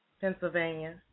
Pennsylvania